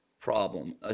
problem